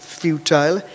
futile